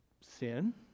sin